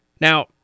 Now